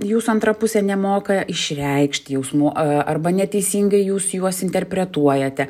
jūsų antra pusė nemoka išreikšti jausmų arba neteisingai jūs juos interpretuojate